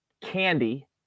candy